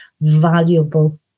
valuable